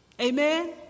Amen